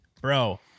Bro